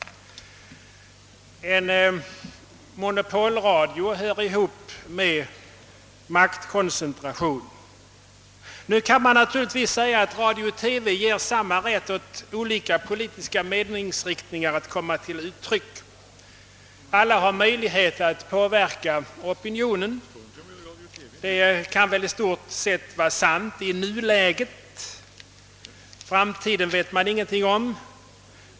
En monopolradio hör ihop med maktkoncentration. Nu kan man naturligtvis säga att radio-TV ger samma rätt åt olika politiska meningsriktningar att komma till uttryck. Alla har möjlighet att påverka opinionen. Detta kan väl i stort sett vara sant i nuläget. Framtiden vet vi ingenting om.